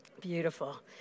Beautiful